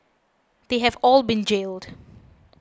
they have all been jailed